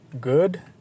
good